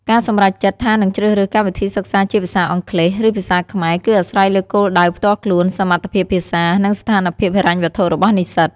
ការសម្រេចចិត្តថានឹងជ្រើសរើសកម្មវិធីសិក្សាជាភាសាអង់គ្លេស ឬភាសាខ្មែរ គឺអាស្រ័យលើគោលដៅផ្ទាល់ខ្លួន សមត្ថភាពភាសា និងស្ថានភាពហិរញ្ញវត្ថុរបស់និស្សិត។